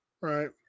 Right